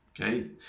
Okay